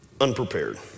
unprepared